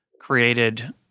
created